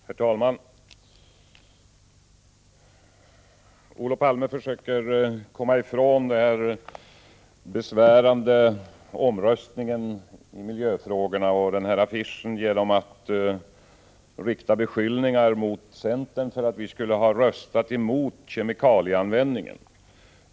Herr talman! Olof Palme försöker komma ifrån den besvärande omröstningen i miljöfrågorna och den här affischen genom att rikta beskyllningar mot centern för att vi gick emot förslaget om kemikalieanvändningen.